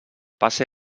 passe